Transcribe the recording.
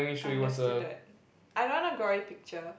understood-ed I don't want a gory picture